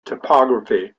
topology